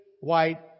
white